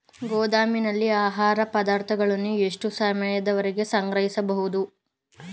ಗೋದಾಮಿನಲ್ಲಿ ಆಹಾರ ಪದಾರ್ಥಗಳನ್ನು ಎಷ್ಟು ಸಮಯದವರೆಗೆ ಸಂಗ್ರಹಿಸಬಹುದು?